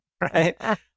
right